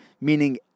meaning